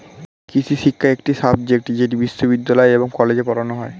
কৃষিশিক্ষা একটি সাবজেক্ট যেটি বিশ্ববিদ্যালয় এবং কলেজে পড়ানো হয়